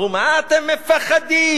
אמרו: מה אתם מפחדים?